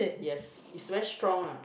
yes is very strong ah